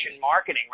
marketing